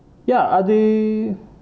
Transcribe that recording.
ya அது:athu